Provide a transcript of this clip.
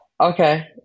okay